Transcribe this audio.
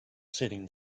sitting